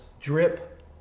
drip